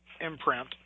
imprint